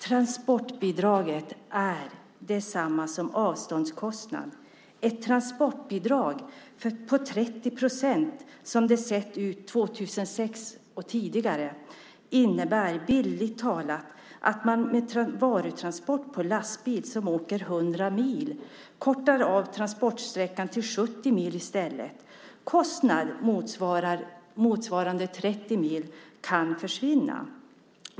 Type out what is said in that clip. Transportbidraget är detsamma som avståndskostnad. Ett transportbidrag på 30 procent, som det sett ut 2006 och tidigare, innebär bildligt talat att man med varutransport på lastbil som åker 100 mil kortar av transportsträckan till 70 mil i stället. Kostnad motsvarande 30 mil kan försvinna.